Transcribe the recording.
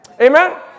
Amen